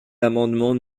l’amendement